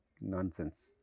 nonsense